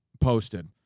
posted